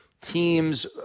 teams